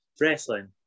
wrestling